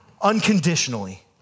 Unconditionally